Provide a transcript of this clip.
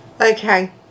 okay